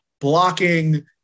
blocking